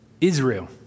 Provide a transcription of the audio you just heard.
Israel